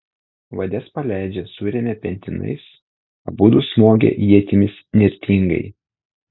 vades paleidžia suremia pentinais abudu smogia ietimis nirtingai